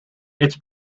its